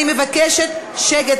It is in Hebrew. אני מבקשת שקט.